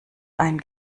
ein